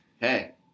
hey